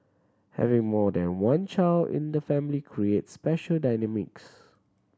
having more than one child in the family creates special dynamics